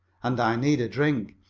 and i need a drink,